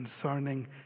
concerning